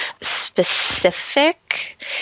specific